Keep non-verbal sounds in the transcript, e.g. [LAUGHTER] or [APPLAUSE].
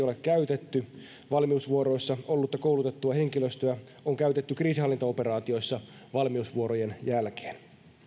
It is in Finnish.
[UNINTELLIGIBLE] ole käytetty valmiusvuoroissa ollutta koulutettua henkilöstöä on käytetty kriisinhallintaoperaatioissa valmiusvuorojen jälkeen